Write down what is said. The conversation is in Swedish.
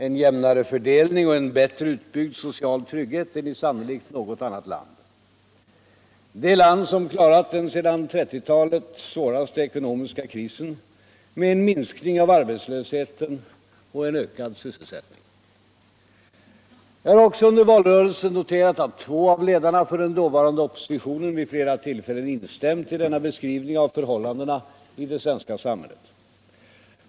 en jämnare fördelning och en bittre utbyggd social irygghet än I sannolikt något annat land, det land som klarat den sedan 1930-talet svåraste ekonomiska krisen med en minskning av arbetslösheten och en ökad sysselsättning. Jag har också under valrörelsen noterat att två av ledarna för den dåvarande oppositionen vid flera tillfällen instämt i denna beskrivning av förhållandena i det svenska samhället.